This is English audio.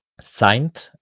signed